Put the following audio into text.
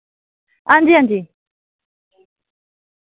हां जी हां जी